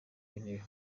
w’intebe